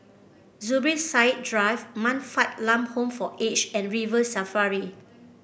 Zubir Said Drive Man Fatt Lam Home for Aged and River Safari